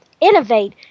innovate